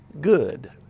good